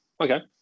Okay